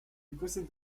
requested